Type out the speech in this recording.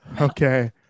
Okay